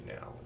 now